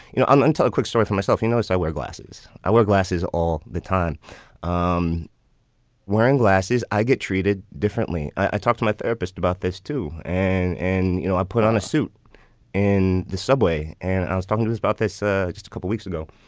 you know, um until a quick story for myself, you know, it's i wear glasses. i wear glasses all the time um wearing glasses. i get treated differently. i talked to my therapist about this, too. and, and you know, i put on a suit in the subway and i was talking about this ah a couple weeks ago.